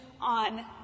on